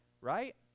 right